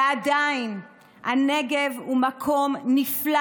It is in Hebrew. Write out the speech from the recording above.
ועדיין, הנגב הוא מקום נפלא